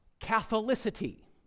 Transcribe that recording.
Catholicity